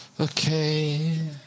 Okay